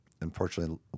unfortunately